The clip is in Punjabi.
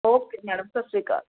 ਓਕੇ ਮੈਡਮ ਸਤਿ ਸ਼੍ਰੀ ਅਕਾਲ